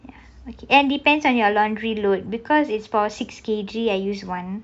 okay and depends on your laundry load because it's for six K_G I use one